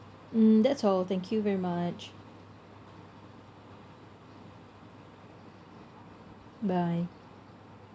mm that's all thank you very much bye